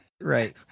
right